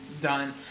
done